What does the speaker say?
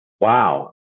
Wow